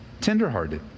Tenderhearted